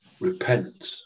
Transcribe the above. Repent